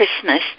Christmas